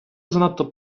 занадто